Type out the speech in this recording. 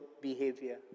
behavior